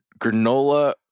Granola